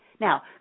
Now